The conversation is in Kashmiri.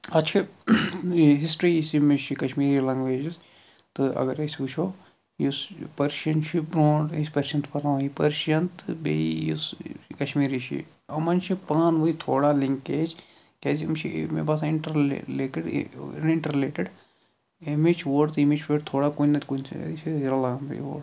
اَتھ چھِ ہِسٹرٛی یُس ییٚمِچ چھِ کشمیٖری لَنگویجِز تہٕ اَگر أسۍ وٕچھو یُس پٔرشَن چھِ برٛونٛٹھ یُس پٔرشَن چھِ پرناوان یہِ پٔرشِیَن تہٕ بیٚیہِ یُس کشمیٖری چھِ یِمَن چھِ پانہٕ ؤںۍ تھوڑا لِنٛکیج کیٛازِ یِم چھِ مےٚ باسان اِنٛٹَرلے لیکٕڈ یہِ اِنٹَررِلیٹِڈ اَمِچ وٲڈ تہٕ تھوڑا کُنہِ نَتہٕ کُنہِ جایہِ یہِ چھِ رَلان بیٚیہِ